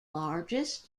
largest